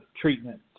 treatment